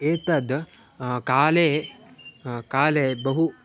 एतद् काले काले बहु